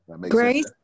Grace